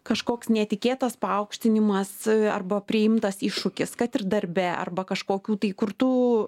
kažkoks netikėtas paaukštinimas arba priimtas iššūkis kad ir darbe arba kažkokių tai kur tu